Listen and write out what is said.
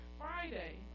Friday